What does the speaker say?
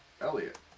Elliot